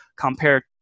compared